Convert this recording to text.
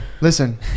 listen